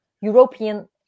European